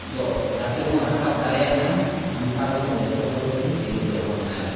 ᱫᱚ ᱡᱟᱛᱮ ᱵᱚᱱ ᱨᱟᱠᱟᱢ ᱫᱟᱲᱮᱭᱟᱜ ᱢᱟ ᱚᱱᱠᱟ ᱨᱚᱠᱚᱢ ᱡᱚᱛᱚ ᱦᱚᱲ ᱜᱮᱵᱚᱱ ᱪᱤᱱᱛᱟᱹ ᱵᱷᱟᱵᱱᱟᱭᱢᱟ